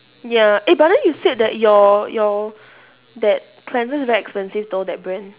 ya eh but then you said that your your that cleanser is very expensive though that brand